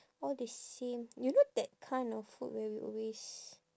all the same you know that kind of food where we always